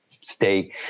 stay